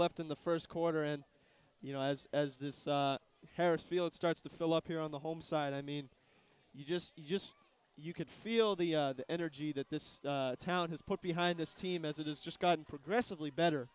left in the first quarter and you know as as this parents feel it starts to fill up here on the home side i mean you just you just you could feel the energy that this town has put behind this team as it has just gotten progressively better